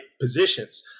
positions